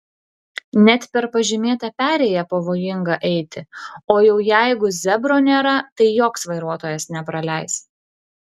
net per pažymėtą perėją pavojinga eiti o jau jeigu zebro nėra tai joks vairuotojas nepraleis